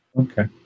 Okay